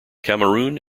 cameroon